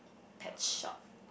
pets shop